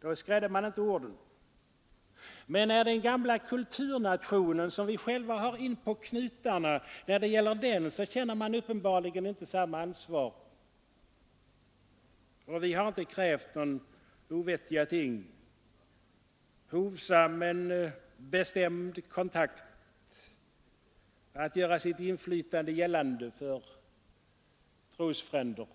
Då skrädde man inte orden, men den gamla kulturnation, som vi själva har inpå knutarna, känner man uppenbarligen inte samma ansvar för. Vi har ändå inte krävt några ovettiga ting av regeringen, utan bara en hovsam men bestämd kontakt för att göra sitt inflytande gällande för trosfränder